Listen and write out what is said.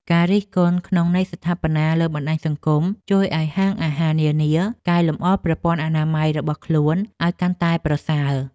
ការរិះគន់ក្នុងន័យស្ថាបនាលើបណ្តាញសង្គម ជួយឱ្យហាងអាហារនានាកែលម្អប្រព័ន្ធអនាម័យរបស់ខ្លួនឱ្យកាន់តែប្រសើរ។